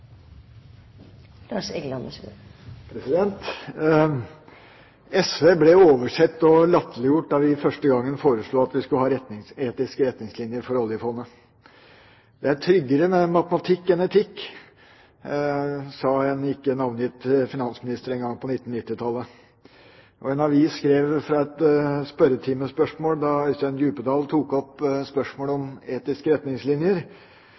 SV ble oversett og latterliggjort da vi første gang foreslo at vi skulle ha etiske retningslinjer for oljefondet. Det er tryggere med matematikk enn etikk, sa en ikke navngitt finansminister en gang på 1990-tallet. Og en avis refererte fra en spørretime – der Øystein Djupedal tok opp spørsmålet om etiske retningslinjer